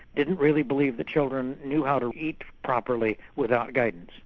didn't really believe that children knew how to eat properly without guidance.